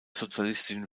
sozialistischen